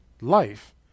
life